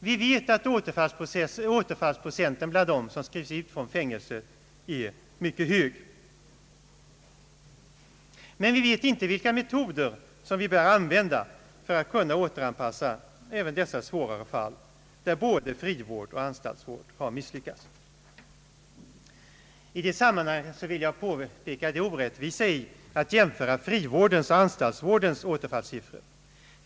Vi vet att återfallsprocenten bland dem som skrivs ut från fängelse är mycket hög, men vi vet inte vilka metoder vi bör använda för att kunna återanpassa även de svårare fall där både frivård och anstaltsvård har misslyckats. I det sammanhanget vill jag påpeka det orättvisa i att jämföra frivårdens och anstaltsvårdens återfallssiffror.